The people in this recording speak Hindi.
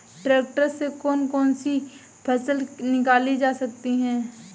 ट्रैक्टर से कौन कौनसी फसल निकाली जा सकती हैं?